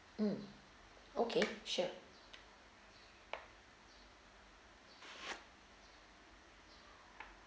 mm okay sure